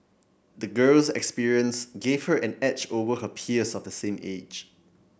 the girl's experience gave her an edge over her peers of the same age